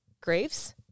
graves